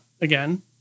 again